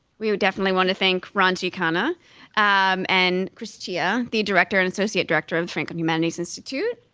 we would definitely wanna thank ron chicana um and chrystia, the director and associate director of the franklin humanities institute.